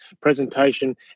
presentation